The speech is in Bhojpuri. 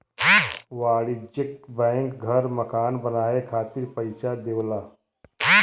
वाणिज्यिक बैंक घर मकान बनाये खातिर पइसा देवला